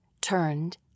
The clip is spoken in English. turned